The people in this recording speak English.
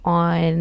on